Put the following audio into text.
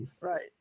Right